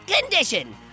condition